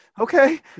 Okay